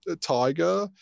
Tiger